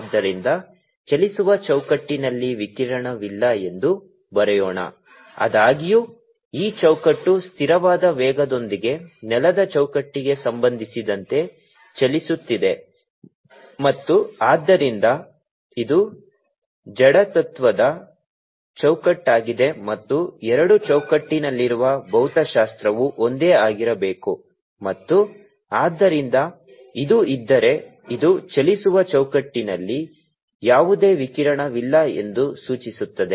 ಆದ್ದರಿಂದ ಚಲಿಸುವ ಚೌಕಟ್ಟಿನಲ್ಲಿ ವಿಕಿರಣವಿಲ್ಲ ಎಂದು ಬರೆಯೋಣ ಆದಾಗ್ಯೂ ಈ ಚೌಕಟ್ಟು ಸ್ಥಿರವಾದ ವೇಗದೊಂದಿಗೆ ನೆಲದ ಚೌಕಟ್ಟಿಗೆ ಸಂಬಂಧಿಸಿದಂತೆ ಚಲಿಸುತ್ತಿದೆ ಮತ್ತು ಆದ್ದರಿಂದ ಇದು ಜಡತ್ವದ ಚೌಕಟ್ಟಾಗಿದೆ ಮತ್ತು ಎರಡು ಚೌಕಟ್ಟಿನಲ್ಲಿರುವ ಭೌತಶಾಸ್ತ್ರವು ಒಂದೇ ಆಗಿರಬೇಕು ಮತ್ತು ಆದ್ದರಿಂದ ಇದು ಇದ್ದರೆ ಇದು ಚಲಿಸುವ ಚೌಕಟ್ಟಿನಲ್ಲಿ ಯಾವುದೇ ವಿಕಿರಣವಿಲ್ಲ ಎಂದು ಸೂಚಿಸುತ್ತದೆ